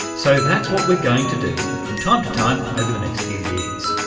so that's what we're going to do from time to time over the next few years.